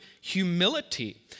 humility